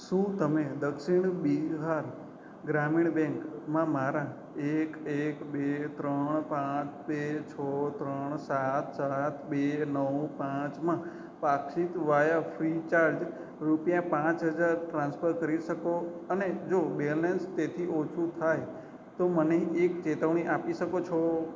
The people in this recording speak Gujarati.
શું તમે દક્ષિણ બિહાર ગ્રામિણ બેન્કમાં મારા એક એક બે ત્રણ પાંચ બે છે ત્રણ સાત સાત બે નવ પાંચમાં પાક્ષિક વાયા ફ્રી ચાર્જ રૂપિયા પાંચ હજાર ટ્રાન્સફર કરી શકો અને જો બેલેન્સ તેથી ઓછું થાય તો મને એક ચેતવણી આપી શકો છો